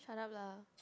shup up lah